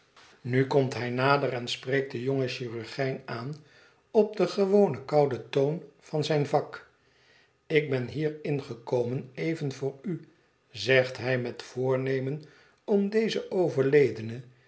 nu komt hij nader en spreekt den jongen chirurgijn aan op den gewonen kouden toon van zijn vak ik ben hier ingekomen even voor u zegt hij met voornemen om dezen overledene